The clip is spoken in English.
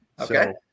Okay